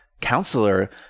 counselor